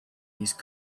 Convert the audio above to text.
these